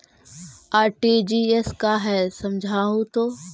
RTGS का है समझाहू तो?